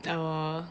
orh